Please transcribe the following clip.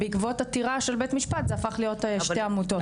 לאחר עתירה של בית המשפט זה הפך להיות שתי עמותות,